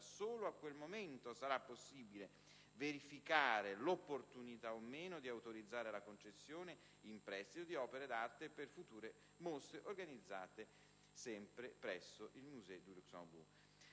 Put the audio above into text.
Solo a quel momento sarà possibile verificare l'opportunità o meno di autorizzare la concessione in prestito di opere d'arte per future mostre organizzate presso il Musée du Luxembourg.